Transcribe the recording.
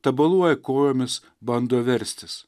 tabaluoja kojomis bando verstis